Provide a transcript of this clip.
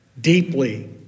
deeply